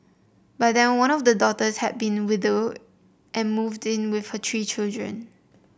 by then one of the daughters had been widowed and moved in with her three children